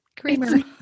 creamer